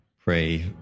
pray